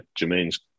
Jermaine's